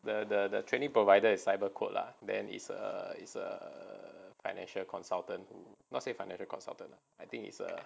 the the training provider is cyber quote lah then is a is a financial consultant who not say financial consultant I think it's a